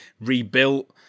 rebuilt